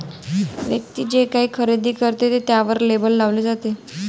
व्यक्ती जे काही खरेदी करते ते त्यावर लेबल लावले जाते